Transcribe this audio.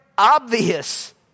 obvious